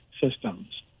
systems